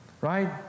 right